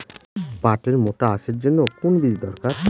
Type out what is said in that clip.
পাটের মোটা আঁশের জন্য কোন বীজ দরকার?